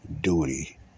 duty